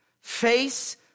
face